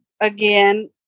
again